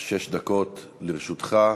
שש דקות לרשותך.